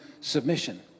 submission